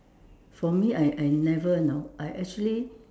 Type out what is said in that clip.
for me I I never you know I actually